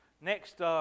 next